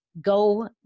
go